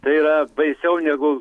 tai yra baisiau negu